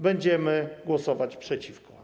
Będziemy głosować przeciwko.